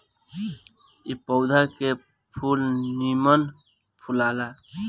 ए पौधा के फूल निमन फुलाला